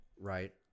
right